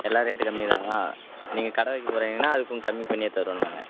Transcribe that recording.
எல்லாம் ரேட்டு கம்மி தான் நீங்கள் கடை வைக்க போகிறீங்கன்னா அதுக்கும் கம்மி பண்ணியே தருவோம் நாங்கள்